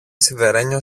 σιδερένιο